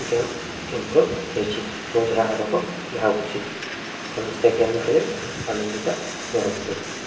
game improve ହେଇଛିି ମୁଁ ଯାହା ଆଗକୁ ଭାବୁଛି ସମସ୍ତେ ଗେମ୍ ଖେଳି ଆନନ୍ଦିତ ରୁହନ୍ତୁ